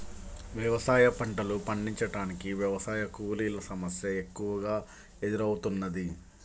వ్యవసాయ పంటలు పండించటానికి వ్యవసాయ కూలీల సమస్య ఎక్కువగా ఎదురౌతున్నది